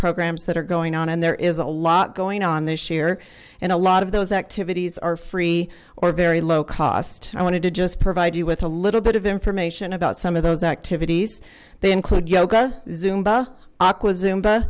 programs that are going on and there is a lot going on this year and a lot of those activities are free or very low cost i wanted to just provide you with a little bit of information about some of those activities they include yoga zumba aqua z